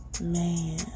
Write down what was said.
Man